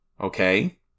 Okay